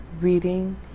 reading